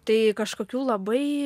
tai kažkokių labai